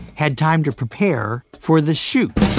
had time to prepare for the shoot